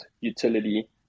utility